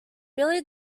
billy